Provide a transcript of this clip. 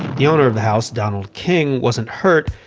the owner of the house, donald king, wasn't hurt,